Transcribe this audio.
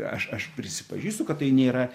aš aš prisipažįstu kad tai nėra